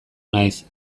naiz